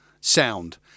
sound